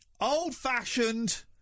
old-fashioned